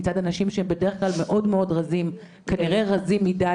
מצד אנשים שהם בדרך כלל מאוד-מאוד רזים - כנראה רזים מדי,